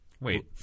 Wait